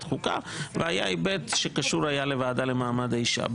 חוקה והיה היבט שקשור היה לוועדה למעמד האישה.